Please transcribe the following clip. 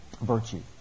virtue